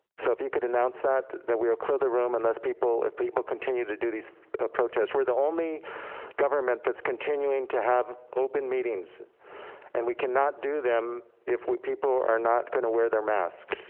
so if you could announce that, that we will clear the room unless people. if people continue to do these protests, we're the only government that's continuing to have open meetings and we can not do them if people are not gonna wear their mask.